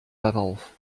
darauf